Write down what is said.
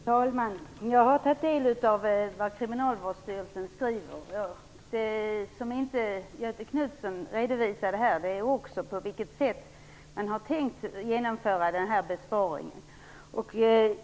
Fru talman! Jag har tagit del av vad Kriminalvårdsstyrelsen skriver. Göthe Knutson redovisade inte här på vilket sätt man har tänkt genomföra den här besparingen.